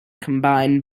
combine